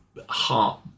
heart